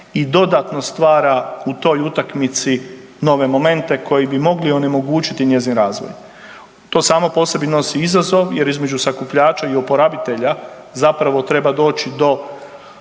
i dodatno stvara u toj utakmici nove momente koji bi mogli onemogućiti njezin razvoj. To samo po sebi nosi izazov jer između sakupljača i oporabitelja zapravo treba doći do